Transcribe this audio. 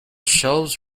shelves